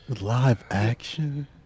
Live-action